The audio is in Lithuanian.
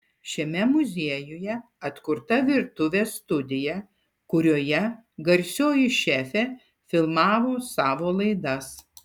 šiame muziejuje atkurta virtuvė studija kurioje garsioji šefė filmavo savo laidas